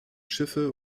schiffe